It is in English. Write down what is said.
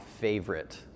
favorite